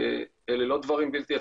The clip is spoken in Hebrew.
אלה לא דברים בלתי אפשריים.